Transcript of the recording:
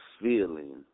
feeling